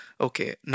okay